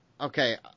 Okay